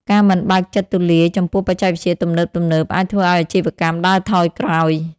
ការមិនបើកចិត្តទូលាយចំពោះបច្ចេកវិទ្យាទំនើបៗអាចធ្វើឱ្យអាជីវកម្មដើរថយក្រោយ។